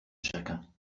chacun